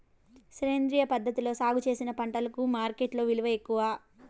సేంద్రియ పద్ధతిలో సాగు చేసిన పంటలకు మార్కెట్టులో విలువ ఎక్కువ